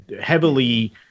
heavily